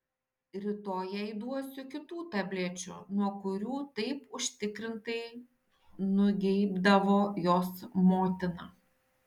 rytoj jai duosiu kitų tablečių nuo kurių taip užtikrintai nugeibdavo jos motina